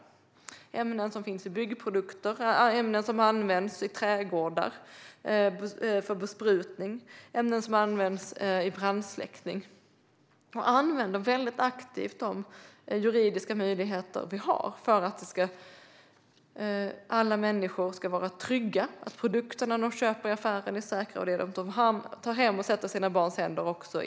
Det är ämnen som finns i byggprodukter, ämnen som används för besprutning i trädgårdar och ämnen som används vid brandsläckning. Vi använder aktivt de juridiska möjligheter vi har för att alla människor ska vara trygga med att produkterna de köper i affären är säkra och att det de tar hem och sätter i sina barns händer är säkert.